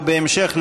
או בהמשך,